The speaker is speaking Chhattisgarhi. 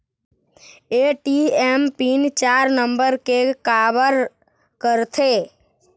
ए.टी.एम पिन चार नंबर के काबर करथे?